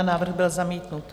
Návrh byl zamítnut.